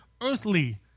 earthly